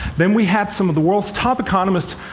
then we had some of the world's top economists,